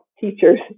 teachers